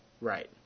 Right